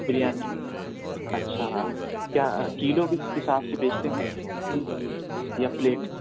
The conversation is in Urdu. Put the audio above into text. بریانی اچھا کیا کلو کے حساب سے بیچتے ہیں یا پلیٹ